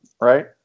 right